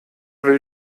will